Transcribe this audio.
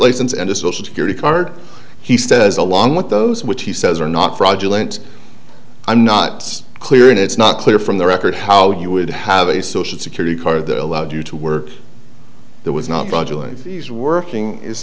license and a social security card he says along with those which he says are not fraudulent i'm not clear and it's not clear from the record how you would have a social security card that allowed you to work there was not